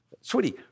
sweetie